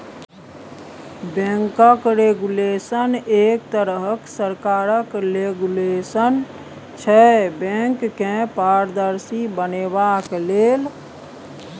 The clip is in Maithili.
बैंकक रेगुलेशन एक तरहक सरकारक रेगुलेशन छै बैंक केँ पारदर्शी बनेबाक लेल